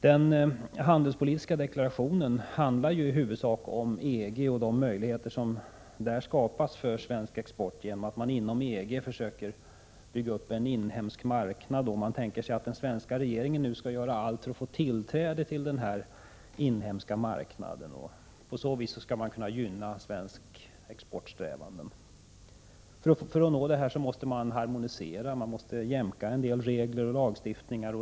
Den handelspolitiska deklarationen handlar ju i huvudsak om EG och de möjligheter som där skapas för svensk export genom att man inom EG försöker bygga upp en inhemsk marknad. Man tänker sig att den svenska regeringen nu skall göra allt för att få tillträde till denna inhemska marknad. På så vis skall man kunna gynna svenska exportsträvanden. För att nå detta måste man harmonisera och jämka en del regler och lagstiftningar.